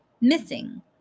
missing